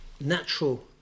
natural